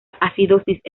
acidosis